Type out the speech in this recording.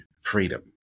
freedom